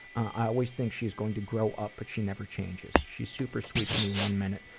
i always think she is going to grow up but she never changes. she's super sweet to me one minute,